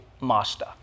master